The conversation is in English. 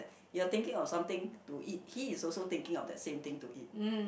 you are thinking of something to eat he is also thinking of the same thing to eat